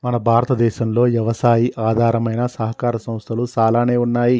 మన భారతదేసంలో యవసాయి ఆధారమైన సహకార సంస్థలు సాలానే ఉన్నాయి